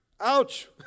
Ouch